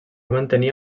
mantenir